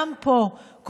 גם פה,